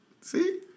See